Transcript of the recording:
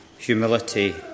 humility